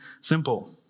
simple